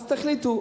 אז תחליטו,